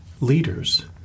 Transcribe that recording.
leaders